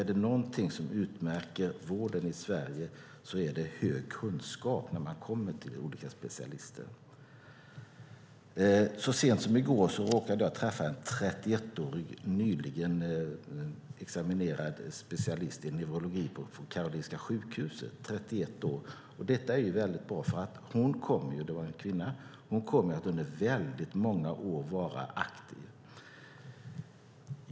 Är det någonting som utmärker vården i Sverige är det stor kunskap hos olika specialister. Så sent som i går träffade jag en 31-årig nyligen utexaminerad specialist i neurologi på Karolinska sjukhuset. Det var en kvinna. Hon kommer att vara aktiv under många år.